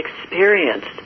experienced